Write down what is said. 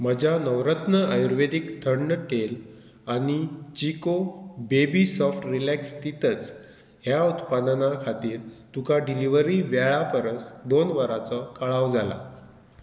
म्हज्या नवरत्न आयुर्वेदीक थंड तेल आनी चिको बेबी सॉफ्ट रिलॅक्स तिथर्ज ह्या उत्पादना खातीर तुका डिलिव्हरी वेळा परस दोन वरांचो कळाव जाला